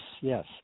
yes